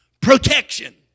protection